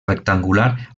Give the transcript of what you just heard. rectangular